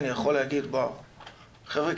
חבר'ה,